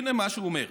הינה מה שהוא אומר.